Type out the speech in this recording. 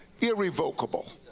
irrevocable